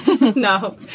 no